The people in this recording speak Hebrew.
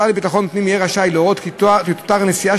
השר לביטחון הפנים יהיה רשאי להורות כי תותר נשיאה